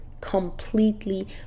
completely